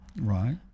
Right